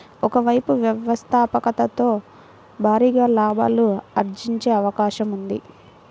ఒక వైపు వ్యవస్థాపకతలో భారీగా లాభాలు ఆర్జించే అవకాశం ఉంది